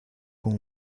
con